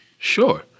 Sure